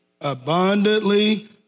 Abundantly